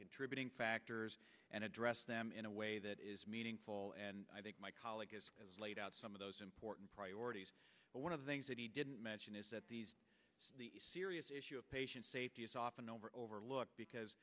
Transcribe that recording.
contributing factors and address them in a way that is meaningful and i think my colleagues as laid out some of those important priorities but one of the things that he didn't mention is that the serious issue of patient safety is often over overlooked because